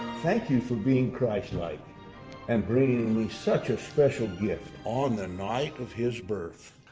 thank you for being christ-like and bringing me such a special gift on the night of his birth.